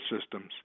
systems